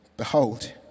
Behold